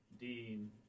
Dean